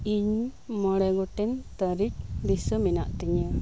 ᱤᱧ ᱢᱚᱬᱮ ᱜᱚᱴᱮᱱ ᱛᱟᱨᱤᱠ ᱫᱤᱥᱟᱹ ᱢᱮᱱᱟᱜ ᱛᱤᱧᱟᱹ